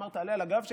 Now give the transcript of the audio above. אמר: תעלה על הגב שלי,